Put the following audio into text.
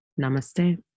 Namaste